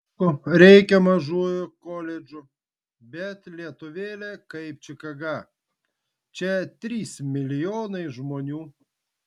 aišku reikia mažųjų koledžų bet lietuvėlė kaip čikaga čia trys milijonai žmonių